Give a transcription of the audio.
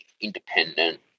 independent